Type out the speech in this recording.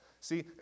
See